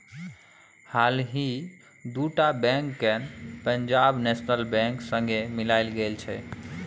हालहि दु टा बैंक केँ पंजाब नेशनल बैंक संगे मिलाएल गेल छै